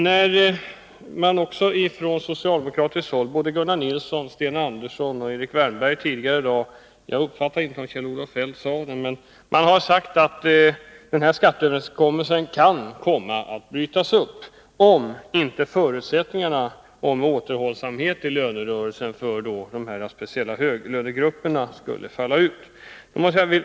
Det har sagts från socialdemokratiskt håll, av Gunnar Nilsson, av Sten Andersson och tidigare i dag av Erik Wärnberg — jag uppfattade inte om Kjell-Olof Feldt också sade det — att skatteöverenskommelsen kan komma att brytas upp, om inte förutsättningen att höglönegrupperna visar återhållsamhet i lönerörelsen skulle uppfyllas.